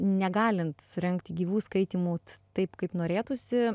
negalint surengti gyvų skaitymų taip kaip norėtųsi